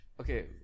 okay